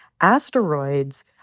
Asteroids